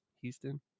houston